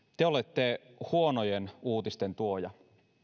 te olette huonojen uutisten tuoja